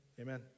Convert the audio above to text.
Amen